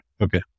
Okay